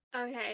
Okay